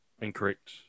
Incorrect